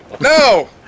No